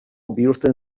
bihurtzen